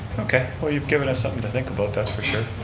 okay, well you've given us something to think about, that's for sure.